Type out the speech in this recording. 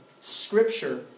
Scripture